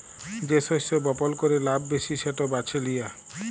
যে শস্য বপল ক্যরে লাভ ব্যাশি সেট বাছে লিয়া